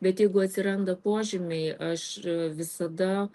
bet jeigu atsiranda požymiai aš visada